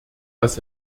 das